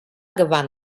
gewann